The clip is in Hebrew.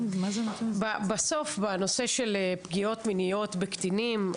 בסוף בנושא של פגיעות מיניות בקטינים,